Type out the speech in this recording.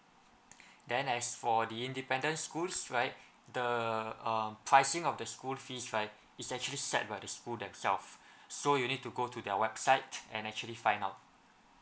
then as for the independent schools right the err pricing of the school fees right is actually set by the school themselves so you need to go to their website and actually find out